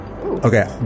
Okay